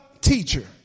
teacher